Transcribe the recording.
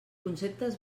conceptes